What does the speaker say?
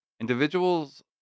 Individuals